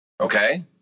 Okay